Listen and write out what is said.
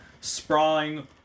sprawling